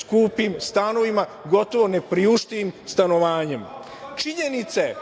skupim stanovima, gotovo nepriuštivim stanovanjem. Činjenice je